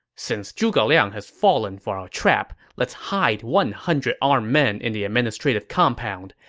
since zhuge liang has fallen for our trap, let's hide one hundred armed men in the administrative compound.